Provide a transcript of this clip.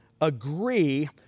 agree